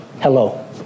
hello